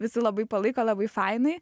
visi labai palaiko labai fainai